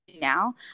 now